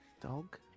dog